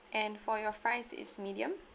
and for your fries is medium